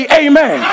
amen